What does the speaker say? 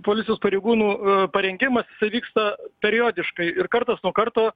policijos pareigūnų parengimas jisai vyksta periodiškai ir kartas nuo karto